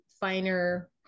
finer